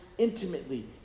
Intimately